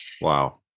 Wow